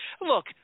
Look